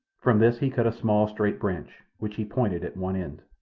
from this he cut a small straight branch, which he pointed at one end.